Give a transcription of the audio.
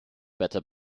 better